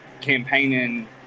campaigning